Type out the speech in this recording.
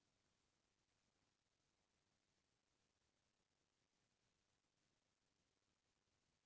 जीवन बीमा करवाए मनसे ल अपन परवार के जादा चिंता नइ रहय